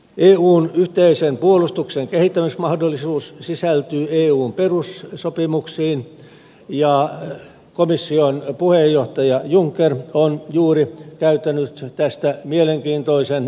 eun yhteisen puolustuksen kehittämismahdollisuus sisältyy eun perussopimuksiin ja komission puheenjohtaja juncker on juuri käyttänyt tästä mielenkiintoisen puheenvuoron